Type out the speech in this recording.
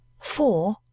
Four